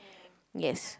yes